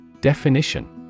Definition